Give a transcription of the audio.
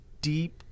deep